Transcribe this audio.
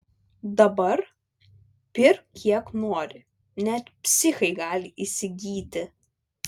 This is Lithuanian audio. dabar pirk kiek nori net psichai gali įsigyti